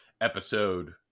episode